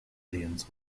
aliens